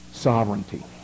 Sovereignty